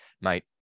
mate